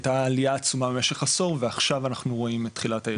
הייתה עלייה עצומה במשך עשור ועכשיו אנחנו רואים את תחילת הירידה.